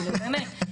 באמת.